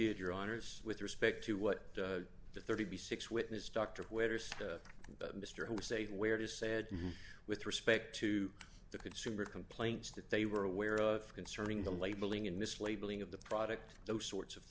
did your honors with respect to what the thirty six witness dr quitters mr who say where it is said with respect to the consumer complaints that they were aware of concerning the labeling and mislabeling of the product those sorts of